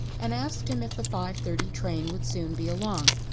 and asked him if the five-thirty train would soon be along.